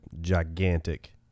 gigantic